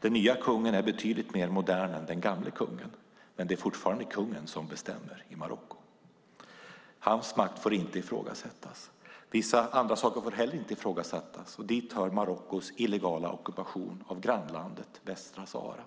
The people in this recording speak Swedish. Den nya kungen är betydligt mer modern än den gamle kungen, men det är fortfarande kungen som bestämmer i Marocko. Hans makt får inte ifrågasättas. Vissa andra saker får inte heller ifrågasättas. Dit hör Marockos illegala ockupation av grannlandet Västsahara.